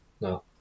No